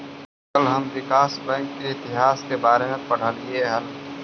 कल हम विकास बैंक के इतिहास के बारे में पढ़लियई हल